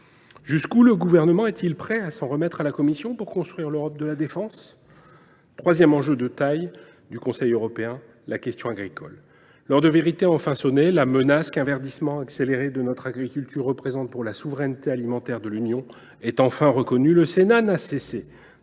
Jusqu’où le Gouvernement est il prêt à s’en remettre à la Commission pour construire l’Europe de la défense ? Le troisième enjeu de taille du Conseil européen est la question agricole. L’heure de vérité a enfin sonné : la menace qu’un verdissement accéléré de notre agriculture représente pour la souveraineté alimentaire de l’Union est enfin reconnue. Le Sénat n’a cessé